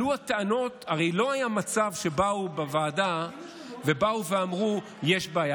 הרי לא היה מצב שבאו בוועדה ואמרו שיש בעיה.